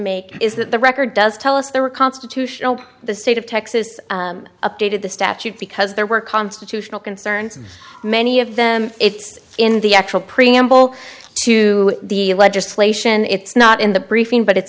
make is that the record does tell us there are constitutional the state of texas updated the statute because there were constitutional concerns many of them it's in the actual preamble to the legislation it's not in the briefing but it's